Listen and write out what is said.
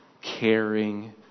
caring